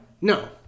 No